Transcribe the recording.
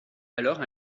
alors